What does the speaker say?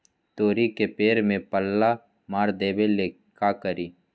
तोड़ी के पेड़ में पल्ला मार देबे ले का करी?